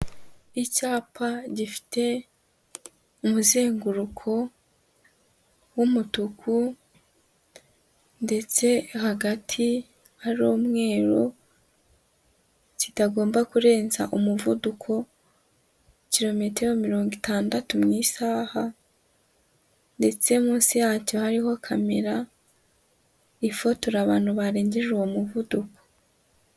Icyapa gifite umuzenguruko w'umutuku ndetse hagati hari umweru, kitagomba kurenza umuvuduko kirometero mirongo itandatu mu isaha ndetse munsi yacyo hariho kamera, ifotora abantu barengeje uwo muvuduko.